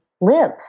live